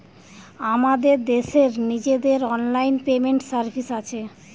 আমাদের দেশের নিজেদের অনলাইন পেমেন্ট সার্ভিস আছে